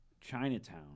chinatown